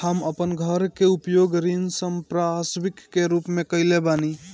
हम अपन घर के उपयोग ऋण संपार्श्विक के रूप में कईले बानी